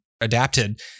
adapted